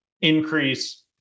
increase